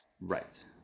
Right